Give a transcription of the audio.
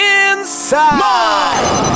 inside